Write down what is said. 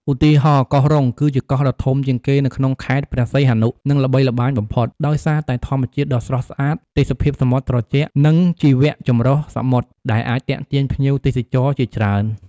ឧទាហរណ៍ កោះរុង គឺជាកោះដ៏ធំជាងគេនៅក្នុងខេត្តព្រះសីហនុ និងល្បីល្បាញបំផុត ដោយសារតែធម្មជាតិដ៏ស្រស់ស្អាត ទេសភាពសមុទ្រត្រជាក់ និងជីវៈចម្រុះសមុទ្រដែលអាចទាក់ទាញភ្ញៀវទេសចរជាច្រើន។